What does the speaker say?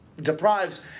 deprives